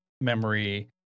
memory